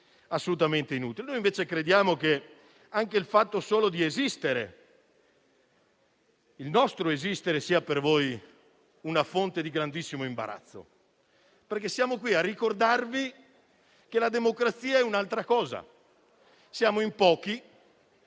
Invece crediamo che anche solo il fatto che esistiamo sia per voi una fonte di grandissimo imbarazzo, perché siamo qui a ricordarvi che la democrazia è un'altra cosa, siamo in pochi